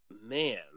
man